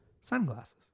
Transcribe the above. Sunglasses